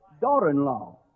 daughter-in-law